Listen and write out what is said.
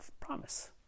promise